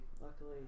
luckily